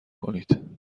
کنید